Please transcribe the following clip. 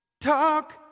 Talk